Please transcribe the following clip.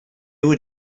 were